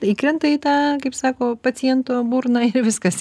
įkrenta į tą kaip sako paciento burną ir viskas